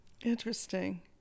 Interesting